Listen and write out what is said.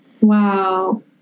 Wow